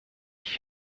ich